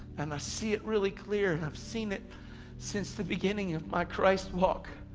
and i see it really clear, and i've seen it since the beginning of my christ walk.